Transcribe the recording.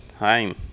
Hi